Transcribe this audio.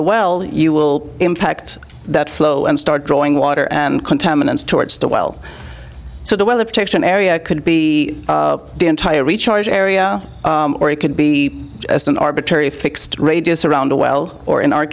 well you will impact that flow and start drawing water and contaminants towards the well so the weather protection area could be the entire recharge area or it could be just an arbitrary fixed radius around a well or in our